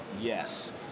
Yes